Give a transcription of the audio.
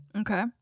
Okay